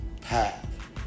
path